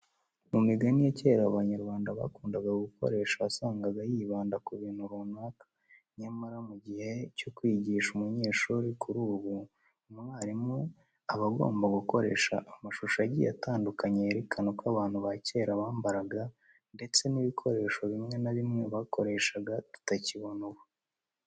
Mu migani ya kera abanyarwanda bakundaga gukoresha wasangaga yibanda ku bintu runaka. Nyamara mu gihe cyo kwigisha umunyeshuri kuri ubu, umwarimu aba agomba gukoresha amashusho agiye atandukanye yerekana uko abantu ba kera bambaraga ndetse n'ibikoresho bimwe na bimwe bakoreshaga tutakibona ubu.